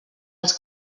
els